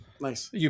Nice